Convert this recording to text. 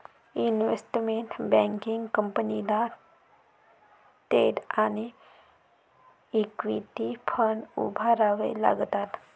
investment banking कंपनीला debt आणि equity fund उभारावे लागतात